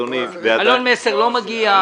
אלון מסר לא מגיע,